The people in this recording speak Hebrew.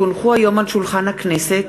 כי הונחו היום על שולחן הכנסת,